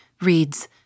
reads